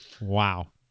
wow